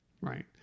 right